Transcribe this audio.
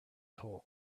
told